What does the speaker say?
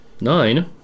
Nine